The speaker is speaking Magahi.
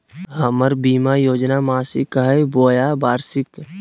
हमर बीमा योजना मासिक हई बोया वार्षिक?